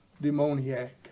demoniac